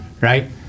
right